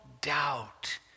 doubt